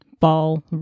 ball